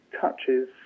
touches